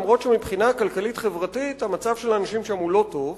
אף-על-פי שמבחינה כלכלית-חברתית המצב של האנשים שם הוא לא טוב,